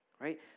right